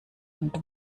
und